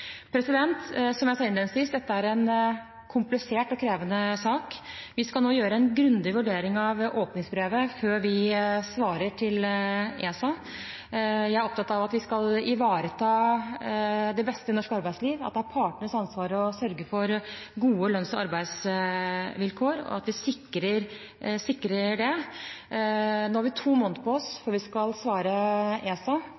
Som jeg sa innledningsvis: Dette er en komplisert og krevende sak. Vi skal nå gjøre en grundig vurdering av åpningsbrevet før vi svarer ESA. Jeg er opptatt av at vi skal ivareta det beste i norsk arbeidsliv, at det er partenes ansvar å sørge for gode lønns- og arbeidsvilkår, og at vi sikrer det. Nå har vi to måneder på oss før vi skal svare ESA